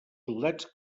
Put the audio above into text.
soldats